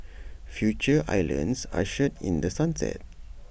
Future islands ushered in the sunset